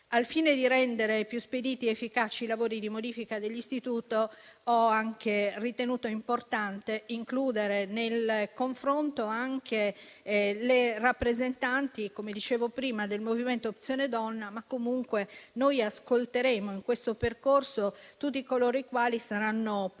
Al fine di rendere più spediti ed efficaci i lavori di modifica dell'istituto, ho ritenuto importante includere nel confronto anche le rappresentanti del movimento Opzione donna, come dicevo prima. Comunque noi ascolteremo in questo percorso tutti coloro i quali saranno portatori